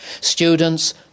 Students